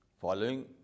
following